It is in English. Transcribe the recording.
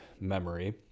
memory